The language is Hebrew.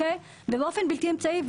בלתי אמצעי,